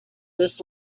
this